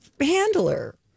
handler